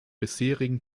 bisherigen